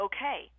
Okay